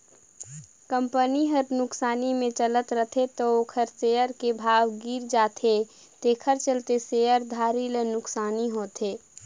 company हर नुकसानी मे चलत रथे त ओखर सेयर के भाव गिरत जाथे तेखर चलते शेयर धारी ल नुकसानी होथे